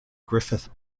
griffith